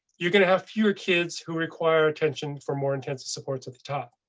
you're going to have fewer kids who require attention for more intensive supports at the top.